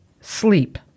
sleep